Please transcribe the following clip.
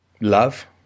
love